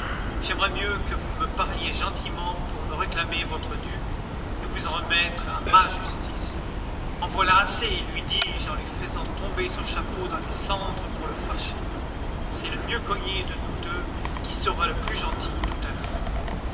j'aimerais mieux que vous me parliez gentiment pour me réclamer votre dû et vous en remettre à ma justice en voilà assez lui dis-je en lui faisant tomber son chapeau dans les cendres pour le fâcher c'est le mieux cogné de nous deux qui sera le plus gentil tout à l'heure